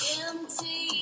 empty